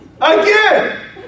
Again